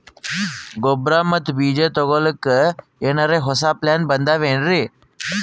ಗೊಬ್ಬರ ಮತ್ತ ಬೀಜ ತೊಗೊಲಿಕ್ಕ ಎನರೆ ಹೊಸಾ ಪ್ಲಾನ ಬಂದಾವೆನ್ರಿ?